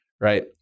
Right